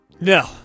No